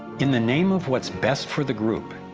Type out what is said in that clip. in the name of what's best for the group,